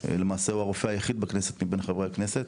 הוא למעשה הרופא היחיד בכנסת מבין חברי הכנסת,